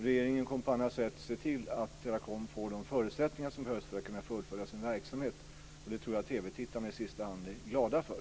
Regeringen kommer på annat sätt att se till att Teracom för de förutsättningar man behöver för att kunna fullfölja sin verksamhet. Det tror jag att TV tittarna i sista hand är glada för.